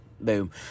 Boom